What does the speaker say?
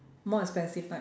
more expensive type